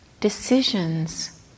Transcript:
decisions